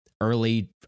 early